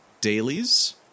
dailies